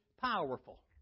powerful